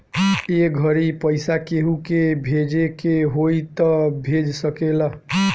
ए घड़ी पइसा केहु के भेजे के होई त भेज सकेल